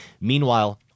Meanwhile